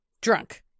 Drunk